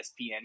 ESPN